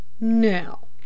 Now